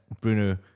Bruno